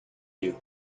you